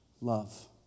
Love